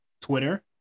Twitter